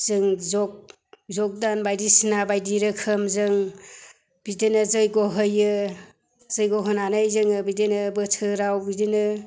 जों जग जग्दान बायदिसिना बायदि रोखोमजों बिदिनो जग्य' होयो जग्य' होनानै जोङो बिदिनो बोथोराव बिदिनो